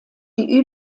die